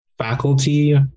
faculty